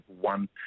one